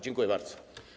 Dziękuję bardzo.